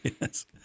yes